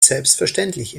selbstverständlich